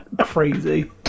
crazy